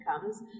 comes